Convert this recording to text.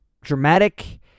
dramatic